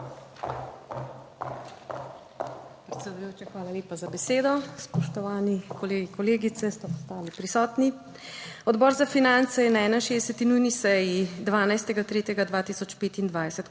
hvala lepa za besedo. Spoštovani kolegi, kolegice, ostali prisotni. Odbor za finance je na 61. nujni seji, 12. 3. 2025,